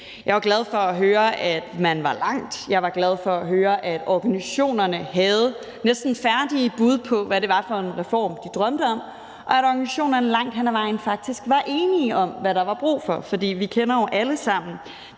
Jeg var glad for at høre, at man var nået langt. Jeg var glad for at høre, at organisationerne havde næsten færdige bud på, hvad det var for en reform, de drømte om, og at organisationerne langt hen ad vejen faktisk var enige om, hvad der var brug for. For vi kender jo alle sammen